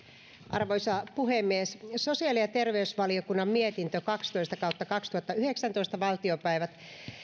arvoisa puhemies sosiaali ja terveysvaliokunnan mietintö kaksitoista kautta kaksituhattayhdeksäntoista valtiopäivät